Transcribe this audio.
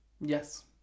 Yes